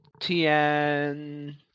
TN